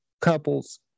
couples